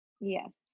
yes